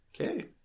Okay